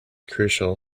crucial